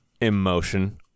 emotion